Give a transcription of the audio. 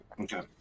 Okay